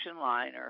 liner